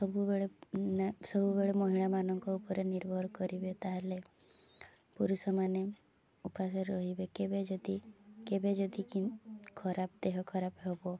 ସବୁବେଳେ ସବୁବେଳେ ମହିଳାମାନଙ୍କ ଉପରେ ନିର୍ଭର କରିବେ ତାହେଲେ ପୁରୁଷମାନେ ଉପାସ ରହିବେ କେବେ ଯଦି କେବେ ଯଦି କି ଖରାପ ଦେହ ଖରାପ ହେବ